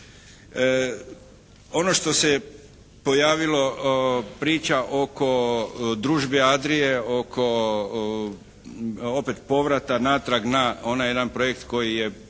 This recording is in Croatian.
Ono što se pojavilo priča oko “Družbe Adrie“, oko opet povrata natrag na onaj jedan projekt koji je